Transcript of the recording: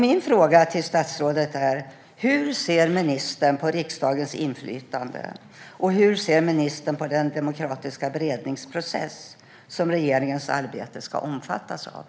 Min fråga till statsrådet är: Hur ser ministern på riksdagens inflytande, och hur ser ministern på den demokratiska beredningsprocess som regeringens arbete ska omfattas av?